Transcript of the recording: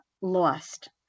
lost